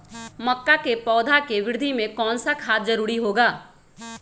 मक्का के पौधा के वृद्धि में कौन सा खाद जरूरी होगा?